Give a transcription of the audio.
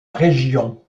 région